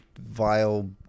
vile